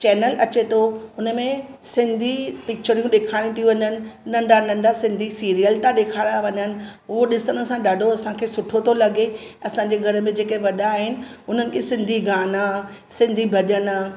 channel अचे थो उनमें सिंधी पिक्चरूं डेखारियूं थी वञनि नंढा नंढा सिंधी सिरीयल था ॾेखारिया वञनि उहो डिसणु सां असांखे ॾाढो सुठो थो लॻे असांजे घर में जेके वॾा आहिनि उन्हनि खे सिंधी गाना सिंधी भॼन